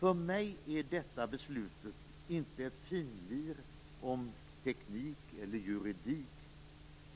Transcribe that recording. För mig är detta beslut inte ett finlir kring teknik och juridik.